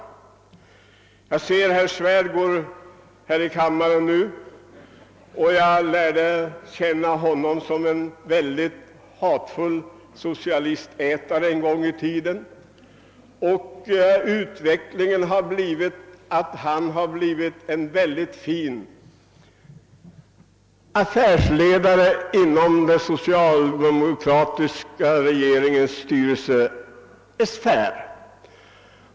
Jag ser herr Svärd i kammaren nu. Jag lärde känna honom som en hatfull socialistätare en gång i tiden. Utvecklingen har emellertid förvandlat honom till en fin affärsledare inom den socialdemokratiska regeringens styrelsesfär.